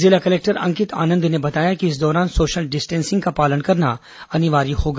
जिला कलेक्टर अंकित आनंद ने बताया कि इस दौरान सोशल डिस्टेंसिंग का पालन करना अनिवार्य होगा